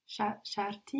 Sharti